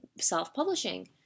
self-publishing